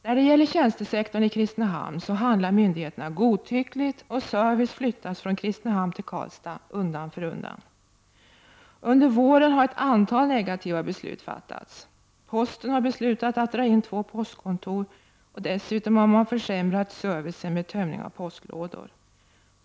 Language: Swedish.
När det gäller tjänstesektorn i Kristinehamn handlar myndigheterna godtyckligt, och service flyttas från Kristinehamn till Karlstad undan för undan. Under våren har ett antal negativa beslut fattats. Posten har beslutat att dra in två postkontor, och dessutom har man försämrat servicen med tömning av postlådor.